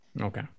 Okay